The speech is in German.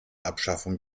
abschaffung